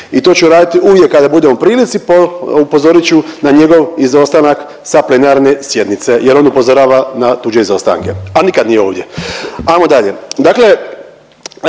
i to ću raditi uvijek kada budem u prilici upozorit ću na njegov izostanak sa plenarne sjednice jer on upozorava na tuđe izostanke, a nikad nije ovdje. Ajmo dalje,